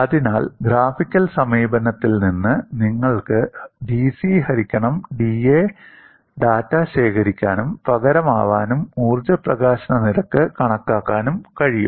അതിനാൽ ഗ്രാഫിക്കൽ സമീപനത്തിൽ നിന്ന് നിങ്ങൾക്ക് dC ഹരിക്കണം dA ഡാറ്റ ശേഖരിക്കാനും പകരമാവാനും ഊർജ്ജ പ്രകാശന നിരക്ക് കണക്കാക്കാനും കഴിയും